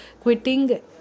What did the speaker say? quitting